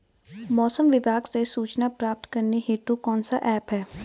मौसम विभाग से सूचना प्राप्त करने हेतु कौन सा ऐप है?